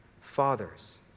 Fathers